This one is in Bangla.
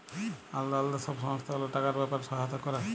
আলদা আলদা সব সংস্থা গুলা টাকার ব্যাপারে সহায়তা ক্যরে